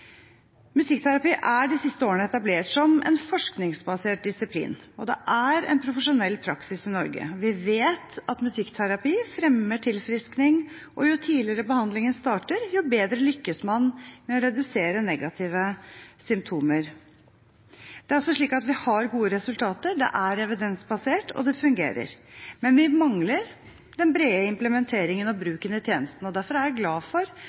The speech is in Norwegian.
Musikkterapi har de siste årene etablert seg som en forskningsbasert disiplin, og det er en profesjonell praksis i Norge. Vi vet at musikkterapi fremmer tilfriskning, og jo tidligere behandlingen starter, jo bedre lykkes man med å redusere negative symptomer. Det er altså slik at vi har gode resultater, det er evidensbasert at det fungerer, men vi mangler den brede implementeringen og bruken i tjenesten. Derfor er jeg glad for